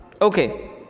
Okay